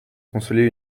consoler